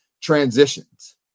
transitions